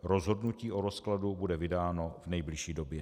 Rozhodnutí o rozkladu bude vydáno v nejbližší době.